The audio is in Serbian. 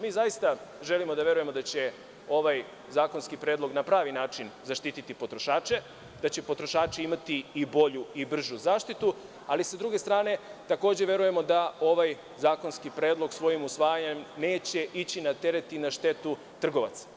Mi zaista želimo da verujemo da će ovaj zakonski predlog na pravi način zaštititi potrošače, da će potrošači imati bolju i bržu zaštitu, ali, s druge strane, takođe verujemo da ovaj zakonski predlog svojim usvajanjem neće ići na teret i na štetu trgovaca.